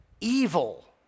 evil